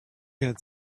had